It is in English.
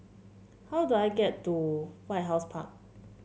how do I get to White House Park